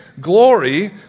glory